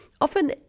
Often